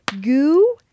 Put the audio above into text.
goo